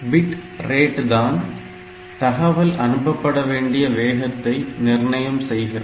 bit rate தான் தகவல் அனுப்பப்பட வேண்டிய வேகத்தை நிர்ணயம் செய்கிறது